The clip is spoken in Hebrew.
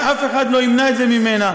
ואף אחד לא ימנע את זה ממנה.